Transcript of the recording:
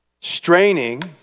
straining